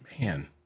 man